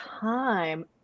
time